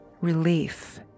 relief